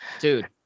dude